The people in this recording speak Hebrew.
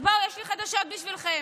אז בואו, יש לי חדשות בשבילכם.